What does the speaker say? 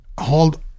hold